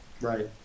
Right